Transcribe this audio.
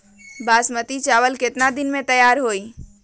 बासमती चावल केतना दिन में तयार होई?